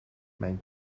mijn